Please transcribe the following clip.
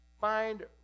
find